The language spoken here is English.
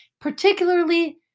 Particularly